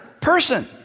person